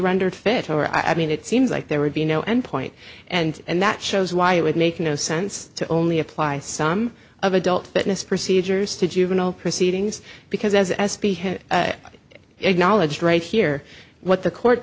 rendered fitter i mean it seems like there would be no end point and and that shows why it would make no sense to only apply some of adult but missed procedures to juvenile proceedings because as as acknowledged right here what the court